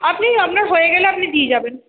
আপনি আপনার হয়ে গেলে আপনি দিয়ে যাবেন